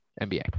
NBA